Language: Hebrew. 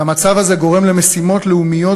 והמצב הזה גורם למשימות לאומיות,